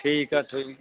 ਠੀਕ ਆ ਤੁਸੀਂ